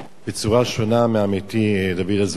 בצורה שונה מעמיתי דוד אזולאי.